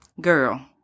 Girl